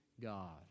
God